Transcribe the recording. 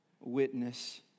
witness